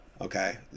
Okay